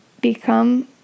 become